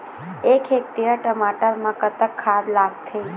एक हेक्टेयर टमाटर म कतक खाद लागथे?